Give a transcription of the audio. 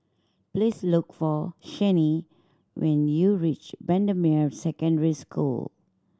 please look for Chaney when you reach Bendemeer Secondary School